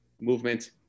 movement